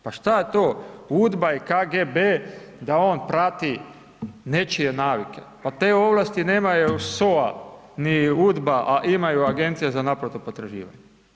Pa šta je to UDBA i KGB da on prati nečije navike, pa te ovlasti nema SOA ni UDBA a imaju agencije za naplatu potraživanja.